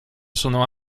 sono